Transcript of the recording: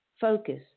focus